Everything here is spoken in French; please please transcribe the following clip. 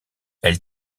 elle